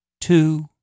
two